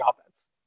offense